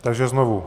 Takže znovu.